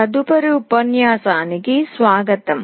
తదుపరి ఉపన్యాసానికి స్వాగతం